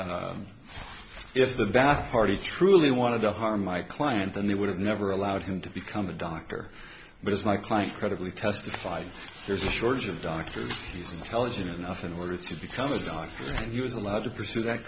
if the bath harty truly wanted to harm my client then they would have never allowed him to become a doctor but as my client credibly testified there's a shortage of doctors he's intelligent enough in order to become a doctor and he was allowed to pursue that